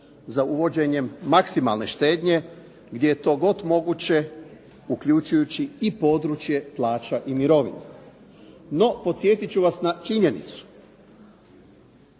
za uvođenjem maksimalne štednje gdje je to god moguće uključujući i područje plaća i mirovina. No podsjetit ću vas na činjenicu,